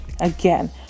again